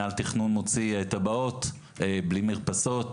מינהל תכנון מוציא תב"עות בלי מרפסות,